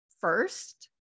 first